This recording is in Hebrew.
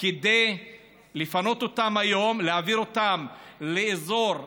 כדי לפנות אותם היום, להעביר אותם לאזור פסולת,